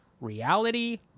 reality